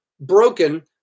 broken